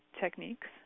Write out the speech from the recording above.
techniques